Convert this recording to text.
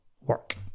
work